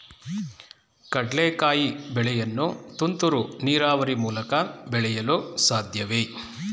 ಕಡ್ಲೆಕಾಯಿ ಬೆಳೆಯನ್ನು ತುಂತುರು ನೀರಾವರಿ ಮೂಲಕ ಬೆಳೆಯಲು ಸಾಧ್ಯವೇ?